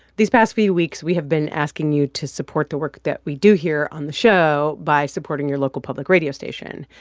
these past few weeks, we have been asking you to support the work that we do here on the show by supporting your local public radio station.